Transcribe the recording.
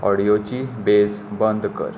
ऑडियोची bass बंद कर